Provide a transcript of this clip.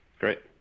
Great